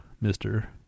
Mister